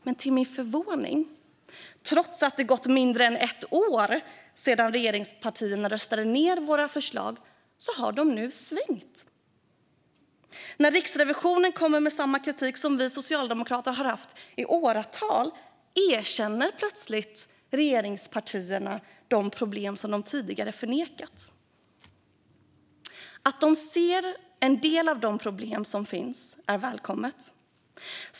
Men till min förvåning, trots att det gått mindre än ett år sedan regeringspartierna röstade ned våra förslag, har de nu svängt. När Riksrevisionen kommer med samma kritik som vi socialdemokrater har haft i åratal erkänner plötsligt regeringspartierna de problem som de tidigare förnekat. Att de ser en del av de problem som finns är välkommet.